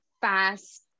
fast